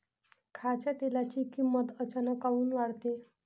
खाच्या तेलाची किमत अचानक काऊन वाढते?